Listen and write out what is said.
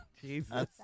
Jesus